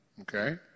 Okay